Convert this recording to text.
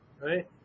right